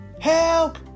Help